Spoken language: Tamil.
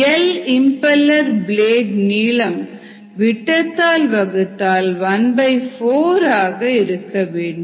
L இம்பெலர் பிளேடு நீளம் விட்டத்தால் வகுத்தால் ¼ ஆக இருக்க வேண்டும்